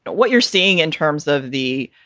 but what you're seeing in terms of the.